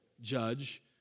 judge